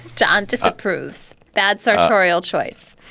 john, to spruce that sartorial choice